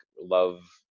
love